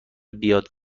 بیاد